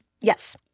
Yes